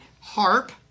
harp